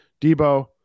Debo